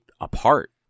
apart